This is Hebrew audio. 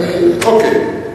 אוקיי.